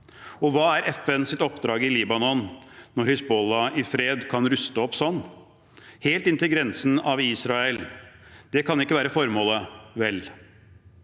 Og hva er FN sitt oppdrag i Libanon når Hizbollah i fred kan ruste opp sånn? Helt inntil grensen av Israel. Det kan ikke være formålet, vel?